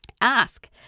Ask